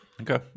Okay